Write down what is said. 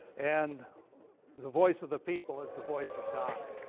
and the voice of the people is the voice of god.